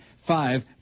Five